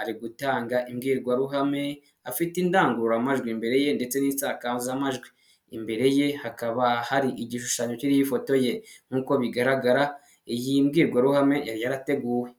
ari gutanga imbwirwaruhame afite indangururamajwi imbere ye ndetse n'isakazamajwi, imbere ye hakaba hari igishushanyo kiriho ifoto ye nk'uko bigaragara iyi mbwirwaruhame yari yarateguwe.